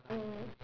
mm